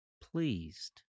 pleased